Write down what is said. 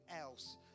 else